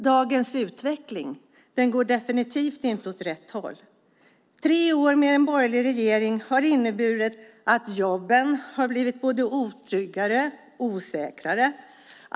Dagens utveckling går definitivt inte åt rätt håll. Tre år med en borgerlig regering har inneburit att jobben blivit både otryggare och osäkrare.